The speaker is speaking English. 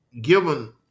given